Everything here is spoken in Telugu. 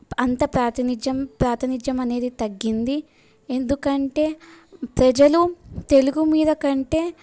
అంత ప్రాతినిధ్యం ప్రాతినిధ్యం అనేది తగ్గింది ఎందుకంటే ప్రజలు తెలుగు మీదకంటే